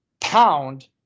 pound